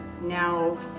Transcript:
now